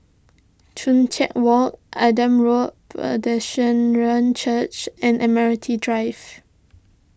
Joo Chiat Walk Adam Road Church and Admiralty Drive